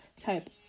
type